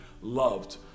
loved